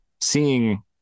seeing